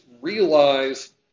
realize